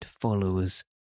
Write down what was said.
followers